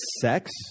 sex